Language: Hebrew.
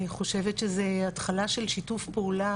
אני חושבת שזו התחלה של שיתוף פעולה